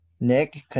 Nick